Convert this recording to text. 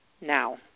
now